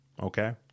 Okay